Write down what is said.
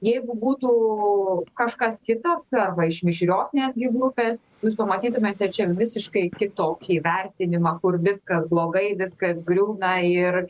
jeigu būtų kažkas kitas arba iš mišrios netgi grupės jūs pamatytumėte čia visiškai kitokį vertinimą kur viskas blogai viskas griūna ir